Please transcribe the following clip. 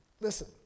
Listen